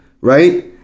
right